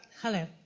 Hello